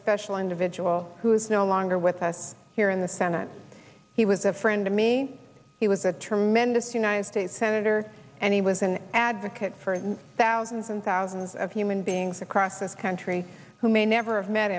special individual who is no longer with us here in the senate he was a friend to me he was a tremendous united states senator and he was an advocate for thousands and thousands of human beings across this country who may never have met